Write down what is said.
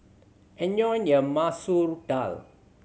enjoy your Masoor Dal